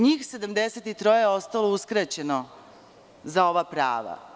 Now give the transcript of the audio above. Njih 73 je ostalo uskraćeno za ova prava.